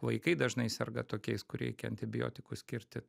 vaikai dažnai serga tokiais kur reikia antibiotikus skirti